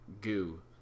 goo